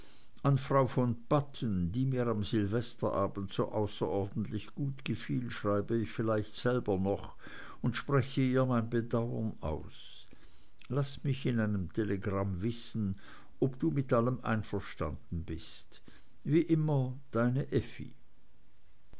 an frau von padden die mir am silvesterabend so außerordentlich gut gefiel schreibe ich vielleicht selber noch und spreche ihr mein bedauern aus laß mich in einem telegramm wissen ob du mit allem einverstanden bist wie immer deine effi